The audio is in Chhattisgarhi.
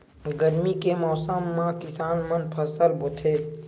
गरमी के मौसम मा किसान का फसल बोथे?